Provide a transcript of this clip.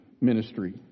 ministry